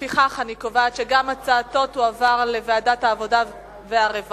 לפיכך אני קובעת שגם הצעתו תועבר לוועדת העבודה והרווחה.